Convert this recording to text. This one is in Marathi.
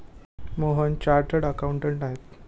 मोहन चार्टर्ड अकाउंटंट आहेत